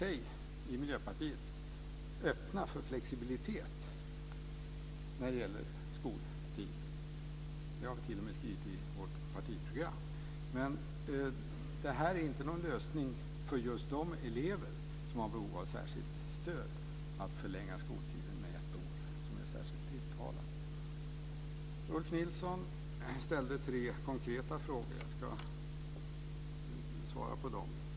Vi i Miljöpartiet är öppna för flexibilitet när det gäller skoltiden. Det har vi t.o.m. skrivit in i vårt partiprogram. Men det är inte någon lösning för just de elever som har behov av särskilt stöd att förlänga skoltiden med ett år. Ulf Nilsson ställde tre konkreta frågor. Jag ska svara på dem.